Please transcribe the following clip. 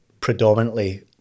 predominantly